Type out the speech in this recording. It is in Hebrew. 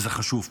וזה חשוב פה,